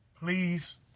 Please